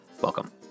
Welcome